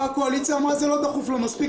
באה הקואליציה ואמרה: זה לא דחוף לה מספיק.